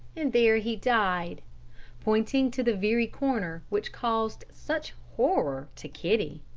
and there he died pointing to the very corner which caused such horror to kitty.